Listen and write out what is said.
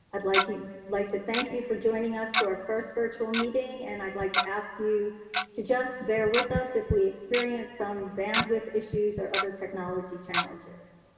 i'd like like to thank you for joining us to our first virtual meeting. and i'd like to ask you to just bear with us if we experience some bandwidth issues or other technology challenges.